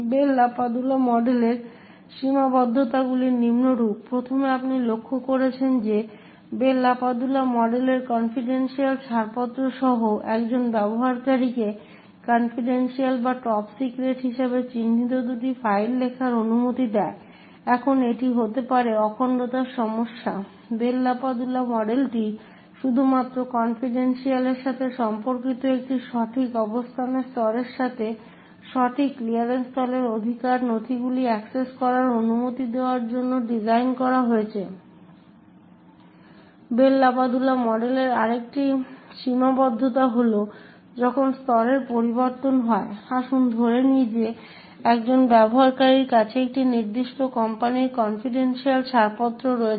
Bell LaPadula মডেলের সীমাবদ্ধতাগুলি নিম্নরূপ প্রথমে আপনি লক্ষ্য করেছেন যে বেল লাপাদুলা মডেল কনফিডেন্সিয়াল ছাড়পত্র সহ একজন ব্যবহারকারীকে কনফিডেন্সিয়াল বা টপ সিক্রেট হিসাবে চিহ্নিত দুটি ফাইল লেখার অনুমতি দেয়। এখন এটি হতে পারে অখণ্ডতার সমস্যা বেল লাপাডুলা মডেলটি শুধুমাত্র কনফিডেন্সিয়াল এর সাথে সম্পর্কিত এটি সঠিক অবস্থানের স্তরের সাথে সঠিক ক্লিয়ারেন্স স্তরের অধিকারী নথিগুলি অ্যাক্সেস করার অনুমতি দেওয়ার জন্য ডিজাইন করা হয়েছে। বেল লাপাডুলা মডেলের আরেকটি সীমাবদ্ধতা হল যখন স্তরের পরিবর্তন হয় আসুন ধরে নিই যে একজন ব্যবহারকারীর কাছে একটি নির্দিষ্ট কোম্পানির কনফিডেন্সিয়াল ছাড়পত্র রয়েছে